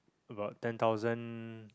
about ten thousand